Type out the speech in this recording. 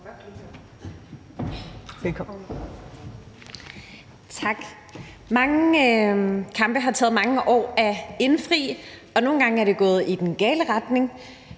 Mange kampe har taget mange år at kæmpe, og nogle gange er det gået i den gale retning,